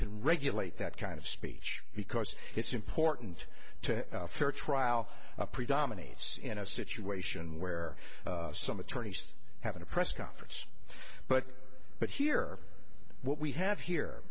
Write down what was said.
can regulate that kind of speech because it's important to fair trial predominates in a situation where some attorneys have a press conference but but here what we have here